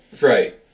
Right